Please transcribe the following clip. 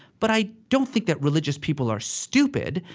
but i don't think that religious people are stupid.